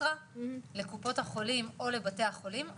כאקסטרה לקופות החולים או לבתי החולים.